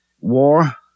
war